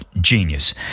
genius